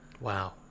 wow